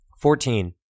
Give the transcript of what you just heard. Fourteen